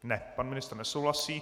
Ne, pan ministr nesouhlasí.